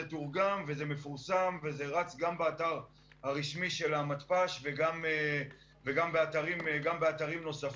זה תורגם וזה מפורסם וזה רץ גם באתר הרשמי של המתפ"ש וגם באתרים נוספים.